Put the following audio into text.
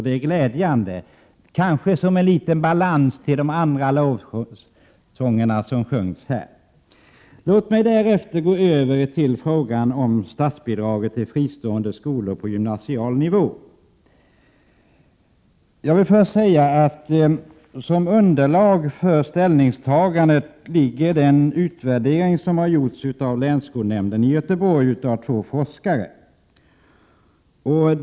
Det är glädjande — kanske som en liten balans till de andra lovsångerna som sjöngs här. Låt mig därefter gå över till frågan om statsbidrag till fristående skolor på gymnasial nivå. Som underlag för ställningstagandet ligger den utvärdering som länsskolnämnden i Göteborg har låtit göra och som har utförts av två forskare.